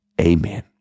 Amen